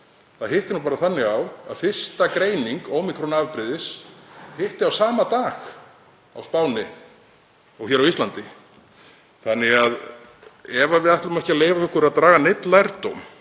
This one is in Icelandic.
Það hittist nú bara þannig á að fyrsta greining ómíkron-afbrigðis hitti á sama dag á Spáni og hér á Íslandi. Ef við ætlum ekki að leyfa okkur að draga neinn lærdóm